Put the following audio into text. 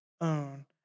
own